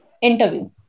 interview